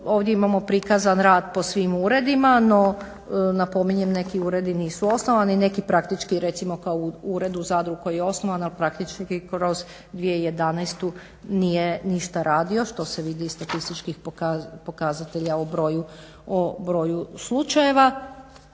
ovdje imamo prikazan rad po svim uredima, no napominjem neki uredi nisu osnovani, neki praktički recimo kao u uredu u Zadru koji je osnovan ali praktički kroz 2011. nije ništa radio što se vidi iz statističkih pokazatelja o broju slučajeva.